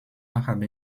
haben